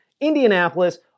Indianapolis